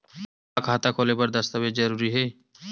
का खाता खोले बर दस्तावेज जरूरी हे?